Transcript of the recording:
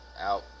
out